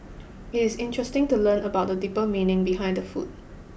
it is interesting to learn about the deeper meaning behind the food